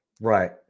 Right